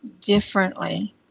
differently